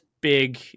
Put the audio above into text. big